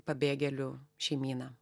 pabėgėlių šeimyną